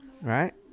right